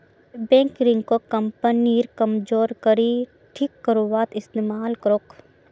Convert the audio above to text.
bank ऋणक कंपनीर कमजोर कड़ी ठीक करवात इस्तमाल करोक